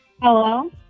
Hello